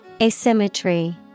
Asymmetry